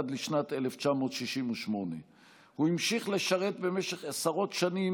עד שנת 1968. הוא המשיך לשרת במשך עשרות שנים